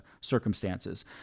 circumstances